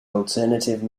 alternative